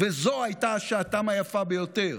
וזאת הייתה שעתם היפה ביותר.